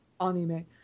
anime